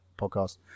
podcast